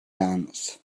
dance